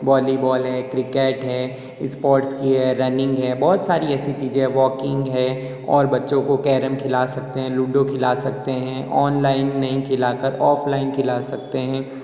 volleyball है cricket है sports की है रनिंग है बहुत सारी ऐसी चीज़ें हैं वॉकिंग है और बच्चों को कैरम खिला सकते हैं लूडो खिला सकते हैं ऑनलाइन नहीं खिला कर ऑफलाइन खिला सकते हैं